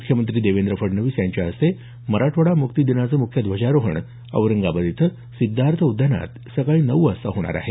मुख्यमंत्री देवेंद्र फडणवीस यांच्या हस्ते मराठवाडा मुक्तिसंग्राम दिनाचं मुख्य ध्वजारोहण औरंगाबाद इथं सिद्धार्थ उद्यानात सकाळी नऊ वाजता होणार आहे